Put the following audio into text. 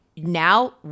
Now